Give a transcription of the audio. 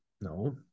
No